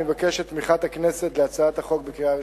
אני מבקש את תמיכת הכנסת בהצעת החוק בקריאה ראשונה.